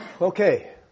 Okay